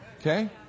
Okay